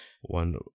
one